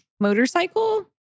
motorcycle